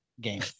game